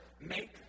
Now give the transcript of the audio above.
make